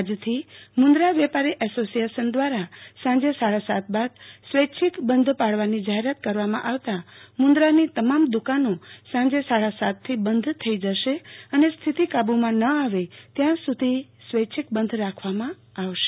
આજથી મુન્દ્રા વેપારી એસોસીએશન દ્રારા સાંજે સાડા સાત બાદ સ્વૈચ્છિક બંધ પાળવાની જાહેરાત કરવામાં આવતા મુન્દ્રાની તમામ દુકાનો સાજે સાડા સાત થી બંધ થઈ જશે અને સ્થિતિ કાબુમાં ન આવે ત્યાં સુધી સ્વૈચ્છિક બંધ રાખવામાં આવશે